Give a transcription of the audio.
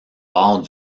bord